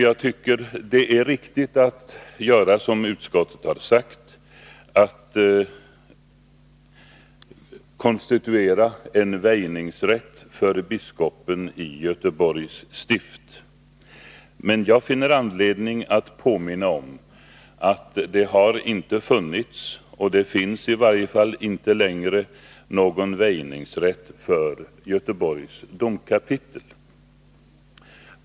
Jag tycker att det är riktigt som utskottet gjort, nämligen att konstituera en väjningsrätt för biskopen i Göteborgs stift. Men jag finner anledning att påminna om att det har inte funnits och finns i varje fall inte längre någon väjningsrätt för Göteborgs domkapitel.